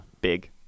Big